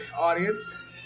audience